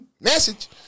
Message